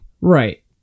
right